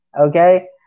Okay